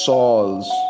Saul's